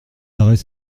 arrêts